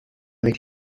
avec